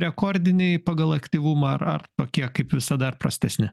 rekordiniai pagal aktyvumą ar ar tokie kaip visada ar prastesni